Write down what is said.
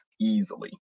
easily